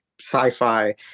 sci-fi